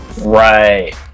Right